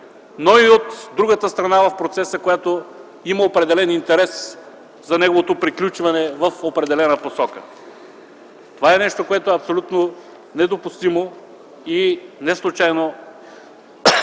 но и от другата страна в процеса, която има определен интерес за неговото приключване в определена посока. Това е нещо, което е абсолютно недопустимо и неслучайно